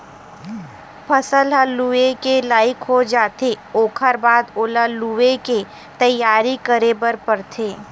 फसल ह लूए के लइक हो जाथे ओखर बाद ओला लुवे के तइयारी करे बर परथे